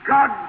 God